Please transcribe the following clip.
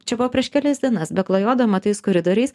čia buvo prieš kelias dienas be klajodama tais koridoriais